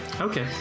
Okay